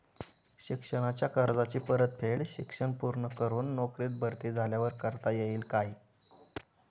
शिक्षणाच्या कर्जाची परतफेड शिक्षण पूर्ण करून नोकरीत भरती झाल्यावर करता येईल काय?